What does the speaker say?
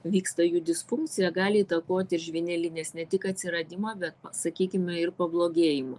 vyksta jų disfunkcija gali įtakoti ir žvynelinės ne tik atsiradimą bet sakykime ir pablogėjimą